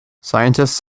scientists